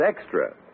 extra